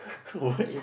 what